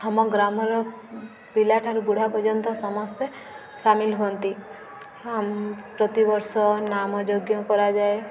ଆମ ଗ୍ରାମର ପିଲାଠାରୁ ବୁଢ଼ା ପର୍ଯ୍ୟନ୍ତ ସମସ୍ତେ ସାମିଲ ହୁଅନ୍ତି ପ୍ରତିବର୍ଷ ନାମ ଯଜ୍ଞ କରାଯାଏ